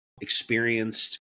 experienced